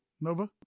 Nova